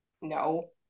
No